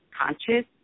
conscious